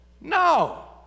No